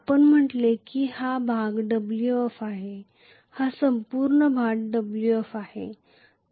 आपण म्हटलं की हा भाग Wf आहे हा संपूर्ण भाग Wf आहे